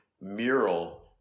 mural